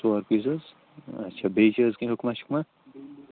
ژور پیٖس حظ اَچھا بیٚیہِ چھِ حظ کیٚنٛہہ حُکمہ شُکمہ